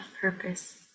purpose